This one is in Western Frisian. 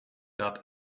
dat